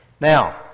Now